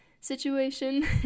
situation